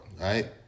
right